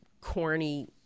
corny